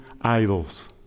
idols